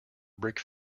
brick